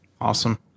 Awesome